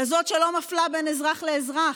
כזאת שלא מפלה בין אזרח לאזרח,